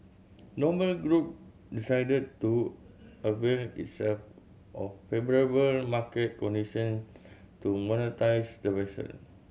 Noble Group decided to avail itself of favourable market condition to monetise the vessel